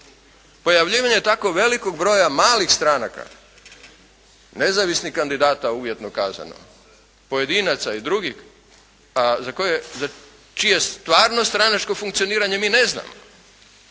Pojavljivanje tako velikog broja malih stranaka, nezavisnih kandidata uvjetno kazano. Pojedinaca i drugih za koje, za čije stvarno stranačko funkcioniranje mi ne znamo,